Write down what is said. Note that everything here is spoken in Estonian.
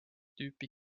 tüüpi